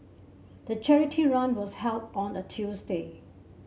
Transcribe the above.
the charity run was held on a Tuesday